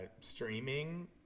streaming